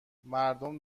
مردم